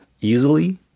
easily